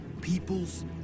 peoples